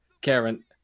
Karen